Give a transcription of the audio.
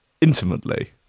intimately